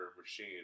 machine